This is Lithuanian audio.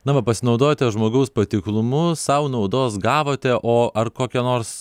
na va pasinaudojote žmogaus patiklumu sau naudos gavote o ar kokią nors